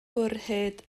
gwrhyd